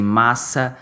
massa